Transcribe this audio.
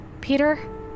Peter